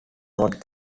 not